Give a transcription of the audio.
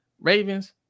ravens